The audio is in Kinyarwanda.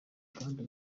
kandi